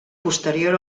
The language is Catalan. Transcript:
posterior